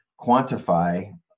quantify